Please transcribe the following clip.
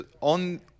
on